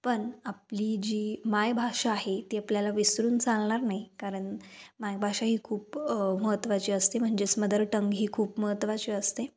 पण आपली जी मायभाषा आहे ती आपल्याला विसरून चालणार नाही कारण मायभाषा ही खूप महत्त्वाची असते म्हणजेच मदरटंग ही खूप महत्त्वाची असते